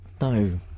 No